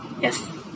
yes